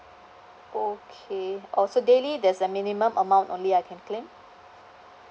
okay oh so daily there's a minimum amount only I can claim